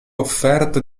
offerto